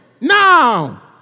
Now